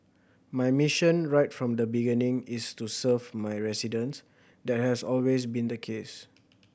my mission right from the beginning is to serve my residents that has always been the case